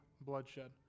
bloodshed